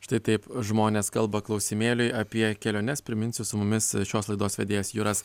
štai taip žmonės kalba klausimėliui apie keliones priminsiu su mumis šios laidos vedėjas juras